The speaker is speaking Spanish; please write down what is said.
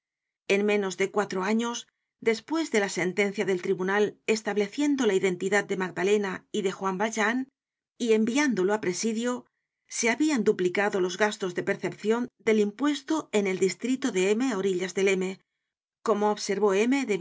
en menos de cuatro años despues de la sentencia del tribunal estableciendo la identidad de magdalena y de juan valjean y enviándolo á presidio se habian duplicado los gastos de percepcion del impuesto en el distrito de m á orillas del m como observó m